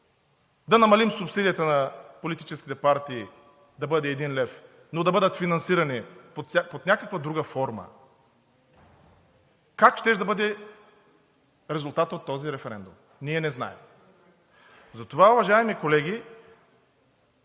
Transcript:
да намалим субсидията на политическите партии – да бъде 1 лв., но да бъдат финансирани под някаква друга форма, как щеше да бъде резултатът от този референдум? Ние не знаем! Затова, уважаеми колеги,